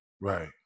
Right